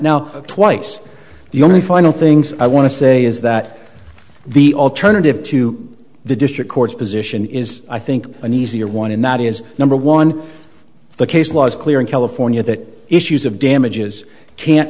now twice the only final things i want to say is that the alternative to the district courts position is i think an easier one and that is number one the case law is clear in california that issues of damages can